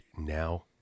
now